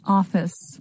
office